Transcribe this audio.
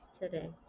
today